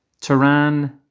Turan